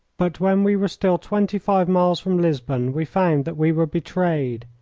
but when we were still twenty-five miles from lisbon we found that we were betrayed,